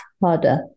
harder